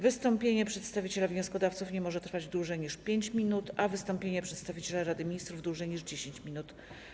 Wystąpienie przedstawiciela wnioskodawców nie może trwać dłużej niż 5 minut, a wystąpienie przedstawiciela Rady Ministrów - dłużej niż 10 minut.